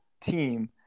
team